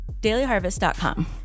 dailyharvest.com